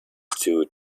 two